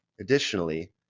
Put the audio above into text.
Additionally